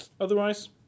otherwise